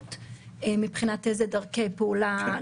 אני לא